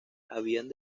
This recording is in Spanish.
habían